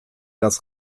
das